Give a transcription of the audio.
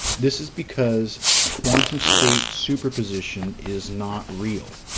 this is because quantum state superposition is not real.